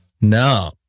No